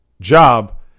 job